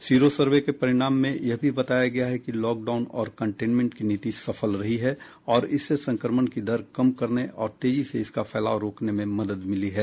sero survey के परिणाम में यह भी बताया गया है कि लॉकडाउन और कंटेनमेंट की नीति सफल रही है और इससे संक्रमण की दर कम करने और तेजी से इसका फैलाव रोकने में मदद मिली है